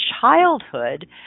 childhood